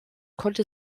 konnte